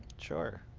sure.